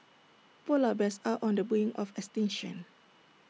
Polar Bears are on the brink of extinction